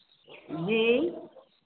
जी